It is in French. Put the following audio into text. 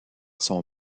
son